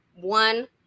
one